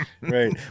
Right